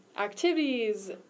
activities